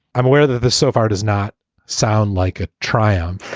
i'm aware that the sofa does not sound like a triumph.